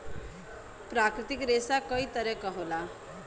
प्राकृतिक रेसा कई तरे क होला